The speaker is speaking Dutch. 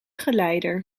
geleider